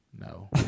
No